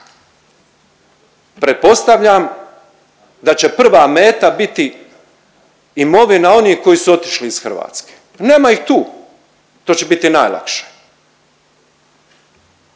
Pretpostavljam da će prva meta biti imovina onih koji su otišli iz Hrvatske, nema ih tu. To će biti najlakše.